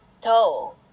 Toe